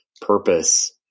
purpose